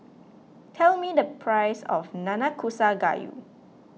tell me the price of Nanakusa Gayu